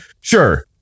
Sure